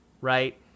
Right